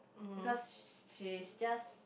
because sh~ she is just